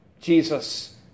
Jesus